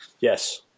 Yes